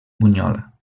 bunyola